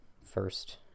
first